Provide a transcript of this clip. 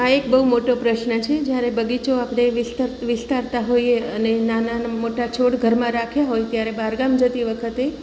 આ એક બહુ મોટો પ્રશ્ન છે જ્યારે બગીચો આપણે વિસ્તારતા હોઈએ અને નાના ને મોટા છોડ ઘરમાં રાખ્યા હોય ત્યારે બહારગામ જતી વખતે